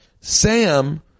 Sam